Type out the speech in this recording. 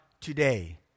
today